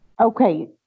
Okay